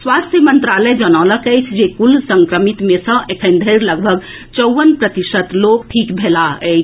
स्वास्थ्य मंत्रालय जनौलक अछि जे कुल संक्रमित मे सँ एखन धरि लगभग चौवन प्रतिशत लोक ठीक भेलाह अछि